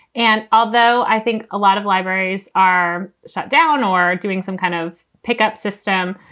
and although i think a lot of libraries are shut down or doing some kind of pickup system,